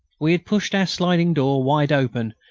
we had pushed our sliding-door wide open,